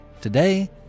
Today